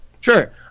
Sure